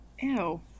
Ew